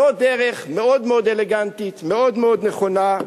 זו דרך מאוד מאוד אלגנטית ומאוד מאוד נכונה,